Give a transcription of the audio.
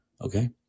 Okay